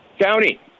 County